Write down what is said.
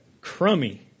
crummy